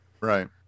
right